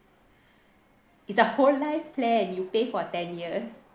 it's a whole life plan you pay for ten years